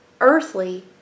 earthly